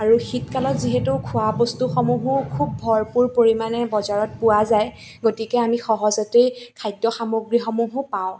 আৰু শীত কালত যিহেতু খোৱা বোৱা বস্তুসমূহো খুব ভৰপূৰ পৰিমাণে বজাৰত পোৱা যায় গতিকে আমি সহজতেই খাদ্য সামগ্ৰীসমূহো পাওঁ